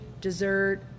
dessert